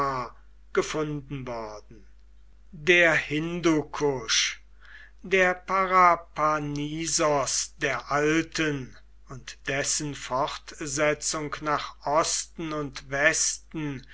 gefunden worden der hindukusch der parapanisos der alten und dessen fortsetzung nach osten und westen